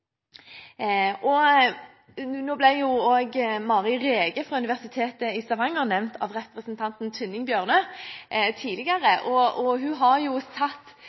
Nå ble Mari Rege fra Universitetet i Stavanger nevnt av representanten Tynning Bjørnø tidligere. Hun har satt